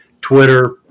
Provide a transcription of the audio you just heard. Twitter